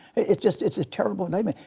it's just it's a terrible name.